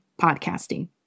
podcasting